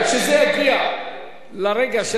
כשזה יגיע לרגע של